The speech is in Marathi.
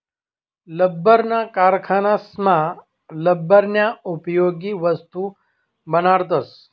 लब्बरना कारखानासमा लब्बरन्या उपयोगी वस्तू बनाडतस